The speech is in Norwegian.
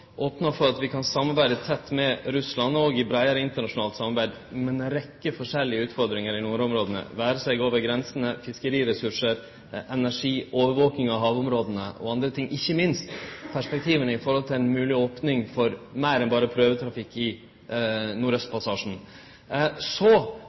opnar for at vi kan samarbeide tett med Russland, òg i breiare internasjonalt samarbeid, om ei rekkje forskjellige utfordringar i nordområda – det vere seg over grensene, fiskeressursar, energi, overvaking av havområda, og anna, ikkje minst perspektiva i høve til ei mogleg opning for meir enn berre prøvetrafikk i